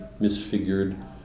misfigured